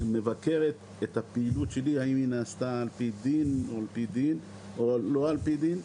מבקרת את הפעילות שלי האם היא נעשתה על פי דין או לא על פי דין,